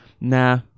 Nah